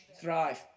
Thrive